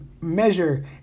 measure